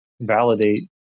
validate